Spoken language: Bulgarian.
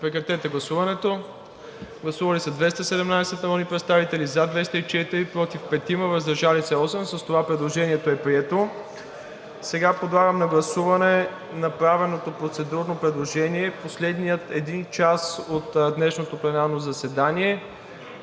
госпожа Атанасова. Гласували 217 народни представители: за 204, против 5, въздържали се 8. С това предложението е прието. Сега подлагам на гласуване направеното процедурно предложение последния един час от днешното пленарно заседание